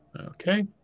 Okay